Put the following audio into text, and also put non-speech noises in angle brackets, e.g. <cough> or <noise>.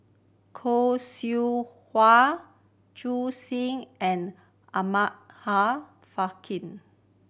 Khoo Seow Hwa Zhu <unintelligible> and Abraham Frankel